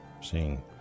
seeing